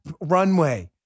runway